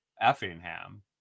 effingham